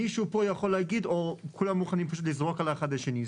מישהו פה יכול להגיד או כולם מוכנים לזרוק אחד על השני?